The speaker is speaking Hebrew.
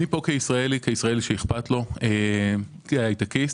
אני פה כישראלי שאכפת לו, כהייטקיסט.